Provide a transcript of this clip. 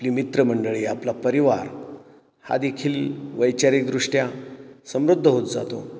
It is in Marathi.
आपली मित्रमंडळी आपला परिवार हा देखील वैचारिकदृष्ट्या समृद्ध होत जातो